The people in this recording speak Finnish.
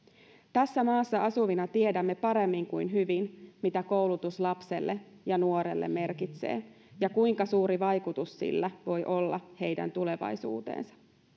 tässä maassa asuvina tiedämme paremmin kuin hyvin mitä koulutus lapselle ja nuorelle merkitsee ja kuinka suuri vaikutus sillä voi olla heidän tulevaisuuteensa